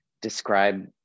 describe